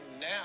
now